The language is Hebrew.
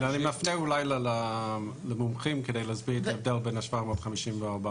אני מפנה למומחים כדי להסביר את ההבדל בין 750 ל-400.